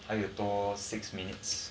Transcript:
还有多 six minutes